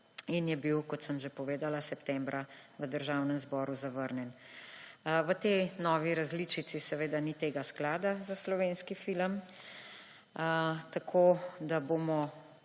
in je bil, kot sem že povedala, septembra v Državnem zboru zavrnjen. V tej novi različici seveda ni sklada za slovenski film, tako da zakon